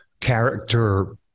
character